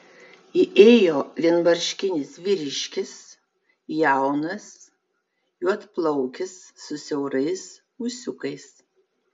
įėjo vienmarškinis vyriškis jaunas juodplaukis su siaurais ūsiukais